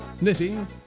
knitting